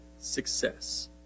success